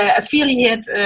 affiliate